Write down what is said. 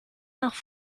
nach